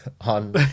on